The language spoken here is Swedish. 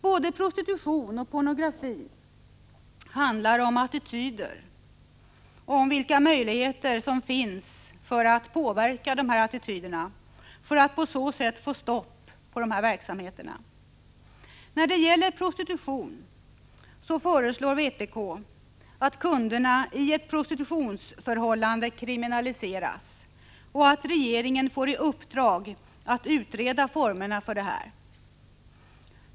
Både prostitution och pornografi handlar om attityder och om vilka möjligheter som finns att påverka dessa attityder för att på så sätt få stopp på dessa verksamheter. När det gäller prostitution föreslår vpk att kunderna i ett prostitutionsförhållande kriminaliseras och att regeringen får i uppdrag att utreda formerna för detta.